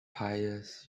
pious